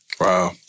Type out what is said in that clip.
Wow